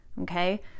okay